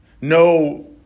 No